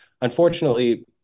unfortunately